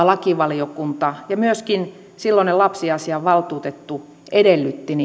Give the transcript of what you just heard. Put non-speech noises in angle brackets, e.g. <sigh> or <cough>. <unintelligible> lakivaliokunta ja myöskin silloinen lapsiasiavaltuutettu edellyttivät <unintelligible>